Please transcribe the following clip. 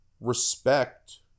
respect